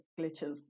glitches